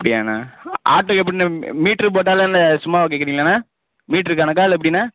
அப்படியாண்ண auto எப்படிண்ண meter போட்டா இல்லை இந்த சும்மாவா கேட்குறீங்களாண்ண மீட்ரு கணக்கா இல்லை எப்படிண்ண